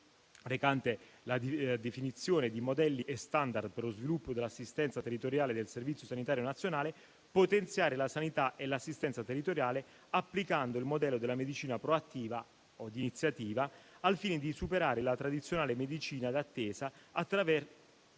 recante la definizione di modelli e *standard* per lo sviluppo dell'assistenza territoriale del servizio sanitario nazionale», a potenziare la sanità e l'assistenza territoriale, applicando il modello della medicina proattiva (o di iniziativa), al fine di superare la tradizionale medicina d'attesa, attraverso